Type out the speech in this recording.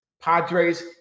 padres